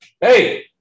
Hey